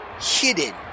hidden